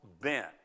bent